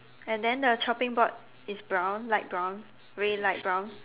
and then the chopping board is brown light brown very light brown